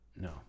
No